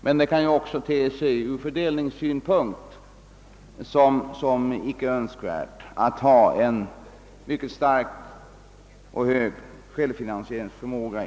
Men det kan också ur fördelningssynpunkt vara mindre önskvärt att ha en mycket hög självfinansieringsförmåga.